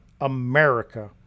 America